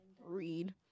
read